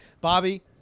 bobby